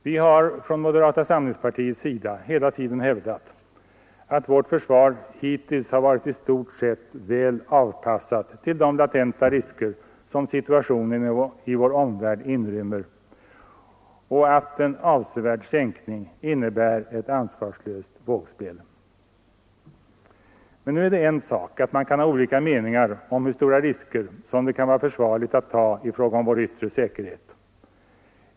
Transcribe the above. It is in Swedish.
Vi har från moderata samlingspartiets sida hela tiden hävdat att vårt försvar hittills varit i stort sett väl avpassat till de latenta risker som situationen i vår omvärld inrymmer och att en avsevärd sänkning innebär ett ansvarslöst vågspel. Men nu är det en sak att man kan ha olika meningar om hur stora risker som det kan vara försvarligt att ta i fråga om vår yttre säkerhet.